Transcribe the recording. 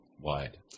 wide